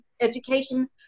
education